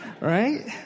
right